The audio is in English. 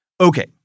Okay